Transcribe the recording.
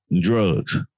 drugs